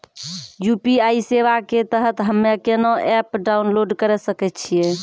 UPI सेवा के तहत हम्मे केना एप्प डाउनलोड करे सकय छियै?